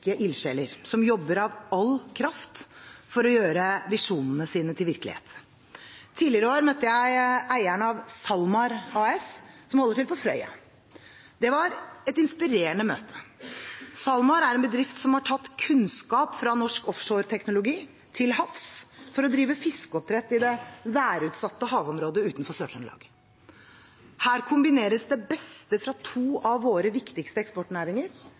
som jobber av all kraft for å gjøre visjonene sine til virkelighet. Tidligere i år møtte jeg eieren av SalMar ASA, som holder til på Frøya. Det var et inspirerende møte. SalMar er en bedrift som har tatt kunnskap fra norsk offshoreteknologi til havs for å drive fiskeoppdrett i det værutsatte havområdet utenfor Sør-Trøndelag. Her kombineres det beste fra to av våre viktigste eksportnæringer